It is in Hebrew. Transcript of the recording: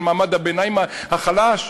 של מעמד הביניים החלש,